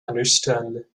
understood